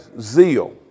zeal